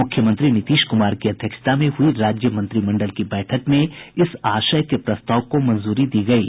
मुख्यमंत्री नीतीश कुमार की अध्यक्षता में हुई राज्य मंत्रिमंडल की बैठक में इस आशय के प्रस्ताव को मंजूरी दी गयी